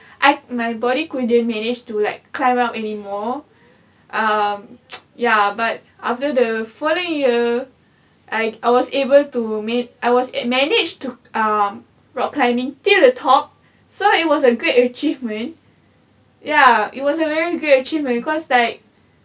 I my body couldn't manage to like climb up anymore um ya but after the following year I I was able to make I was managed to um rock climbing till the top so it was a great achievement ya it was a very great achievement cause like